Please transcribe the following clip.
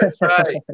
right